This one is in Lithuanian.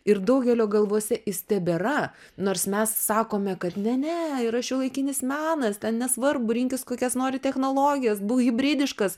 ir daugelio galvose jis tebėra nors mes sakome kad ne ne yra šiuolaikinis menas ten nesvarbu rinkis kokias nori technologijas būk hibridiškas